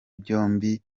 byombi